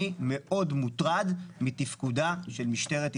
אני מוטרד מאוד מתפקודה של משטרת ישראל.